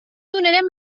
donarem